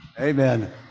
Amen